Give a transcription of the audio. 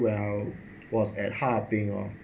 where I was at harbin lor